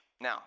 Now